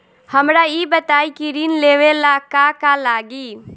हमरा ई बताई की ऋण लेवे ला का का लागी?